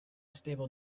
stable